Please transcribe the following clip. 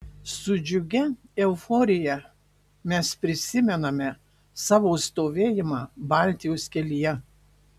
su džiugia euforija mes prisimename savo stovėjimą baltijos kelyje